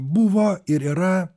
buvo ir yra